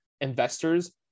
investors